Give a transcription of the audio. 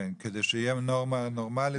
כן, כדי שיהיה נורמה נורמאלית.